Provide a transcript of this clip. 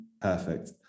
Perfect